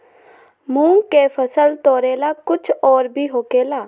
मूंग के फसल तोरेला कुछ और भी होखेला?